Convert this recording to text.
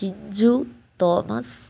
Chinchu Thomas